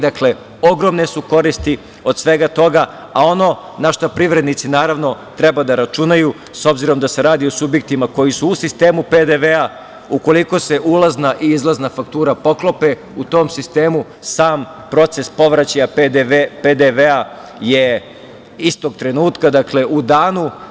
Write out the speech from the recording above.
Dakle, ogromne su koristi od svega toga, a ono na šta privrednici naravno treba da računaju, s obzirom da se radi o subjektima koji su u sistemu PDV-a, ukoliko se ulazna i izvozna faktura poklope u tom sistemu sam proces povraćaja PDV-a je istog trenutka, dakle u danu.